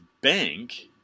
Bank –